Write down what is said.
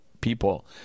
people